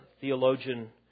theologian